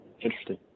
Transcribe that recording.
Interesting